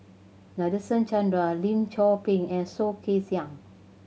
Nadasen Chandra Lim Chor Pee and Soh Kay Siang